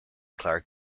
clark